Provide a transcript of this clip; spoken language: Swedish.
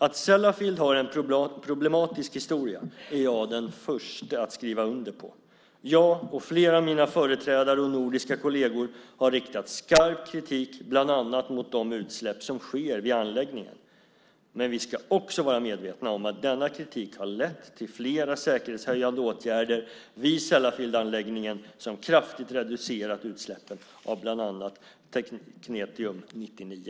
Att Sellafield har en problematisk historia är jag den förste att skriva under på. Jag och flera av mina företrädare och nordiska kolleger har riktat skarp kritik bland annat mot de utsläpp som sker vid anläggningen. Men vi ska också vara medvetna om att denna kritik har lett till flera säkerhetshöjande åtgärder vid Sellafieldanläggningen som kraftigt reducerat utsläppen av bland annat teknetium-99.